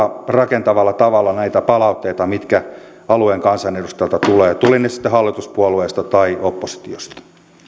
rakentavalla tavalla näitä palautteita mitä alueen kansanedustajilta tulee tulivat ne sitten hallituspuolueista tai oppositiosta sitten